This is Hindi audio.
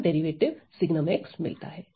का डेरिवेटिव sgn मिलता है